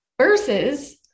versus